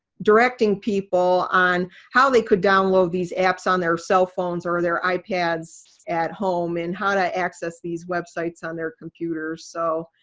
directing people on how they could download these apps on their cell phones or or their ipads at home, and how to access these websites on their computers. so